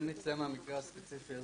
אם נצא מהמקרה הספציפי הזה,